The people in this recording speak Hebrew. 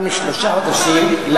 לפני למעלה משלושה חודשים,